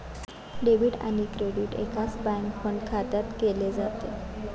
debit आणि credit एकाच bank fund खात्यात केले जाते